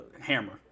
hammer